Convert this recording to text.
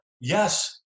Yes